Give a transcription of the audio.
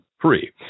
free